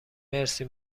مرسی